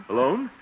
Alone